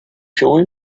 join